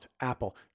Apple